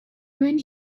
when